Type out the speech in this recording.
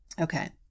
Okay